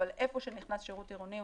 אבל איפה שנכנס שירות עירוני,